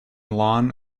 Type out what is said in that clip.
lawn